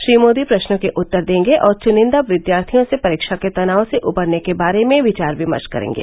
श्री मोदी प्रश्नों के उत्तर देंगे और चुनिंदा विद्यार्थियों से परीक्षा के तनाव से उबरने के बारे में विचार विमर्श करेंगे